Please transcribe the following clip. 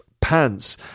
pants